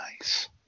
Nice